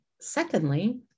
secondly